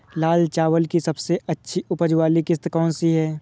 लाल चावल की सबसे अच्छी उपज वाली किश्त कौन सी है?